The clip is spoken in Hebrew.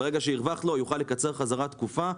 ברגע שהרווחת לו הוא יוכל לקצר חזרה תקופה.